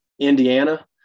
Indiana